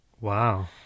Wow